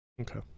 Okay